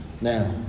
now